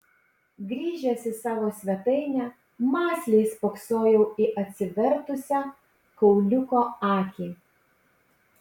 grįžęs į savo svetainę mąsliai spoksojau į atsivertusią kauliuko akį